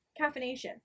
caffeination